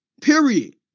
Period